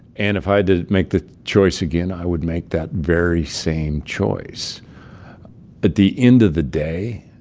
and if i had to make the choice again, i would make that very same choice at the end of the day,